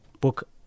book